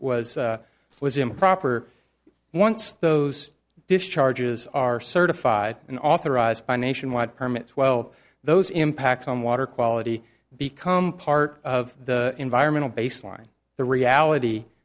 was was improper once those discharges are certified and authorized by nationwide permits well those impacts on water quality become part of the environmental baseline the reality